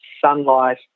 sunlight